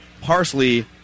parsley